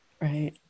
Right